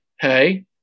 hey